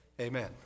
Amen